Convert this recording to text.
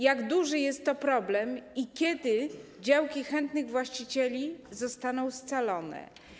Jak duży jest to problem i kiedy działki chętnych właścicieli zostaną scalone?